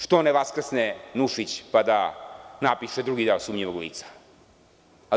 Što ne vaskrsne Nušić pa da napiše drugi deo „Sumnjivog lica“